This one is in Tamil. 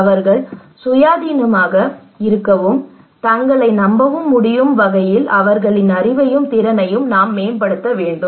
அவர்கள் சுயாதீனமாக இருக்கவும் தங்களை நம்பவும் முடியும் வகையில் அவர்களின் அறிவையும் திறனையும் நாம் மேம்படுத்த வேண்டும்